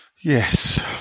yes